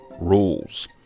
rules